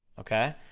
okay?